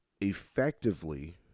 effectively